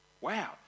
Wow